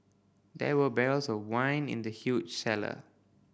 there were barrels of wine in the huge cellar